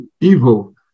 evil